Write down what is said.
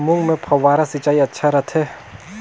मूंग मे फव्वारा सिंचाई अच्छा रथे?